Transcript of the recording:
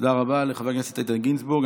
תודה רבה לחבר הכנסת איתן גינזבורג.